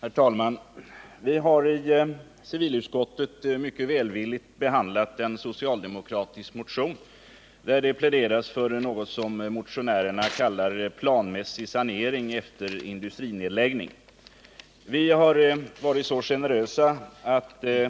Herr talman! Vi har i civilutskottet mycket välvilligt behandlat en socialdemokratisk motion där det pläderas för något som motionärerna kallar planmässig sanering efter industrinedläggningar.